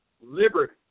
liberty